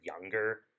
younger